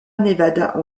nevada